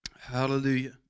Hallelujah